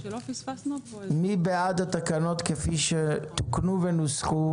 מי בעד התקנות כפי שתוקנו ונוסחו?